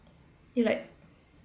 you like